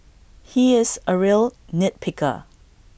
he is A real nit picker